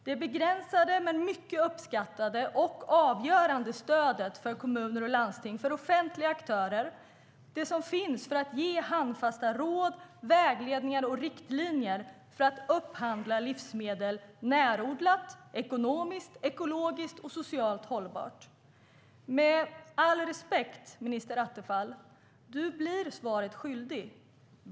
Det är det begränsade men mycket uppskattade och avgörande stöd som finns för kommuner och landsting och andra offentliga aktörer för att ge handfasta råd, vägledning och riktlinjer för att upphandla livsmedel närodlat och ekonomiskt, ekologiskt och socialt hållbart. Med all respekt, minister Attefall: Du blir svaret skyldig.